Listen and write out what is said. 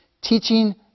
teaching